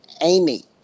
Amy